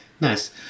Nice